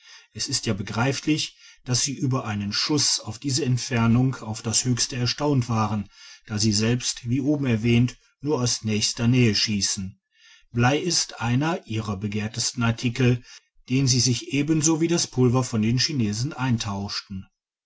es ist ja begreiflich dass sie über einen schuss auf diese entfernung auf das höchste erstaunt waren da sie selbst wie oben erwähnt nur aus nächster nähe schiessen blei ist einer ihrer begehrtesten artikel den sie sich ebenso wie das pulver von den chinesen eintauschen